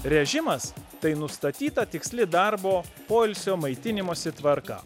režimas tai nustatyta tiksli darbo poilsio maitinimosi tvarka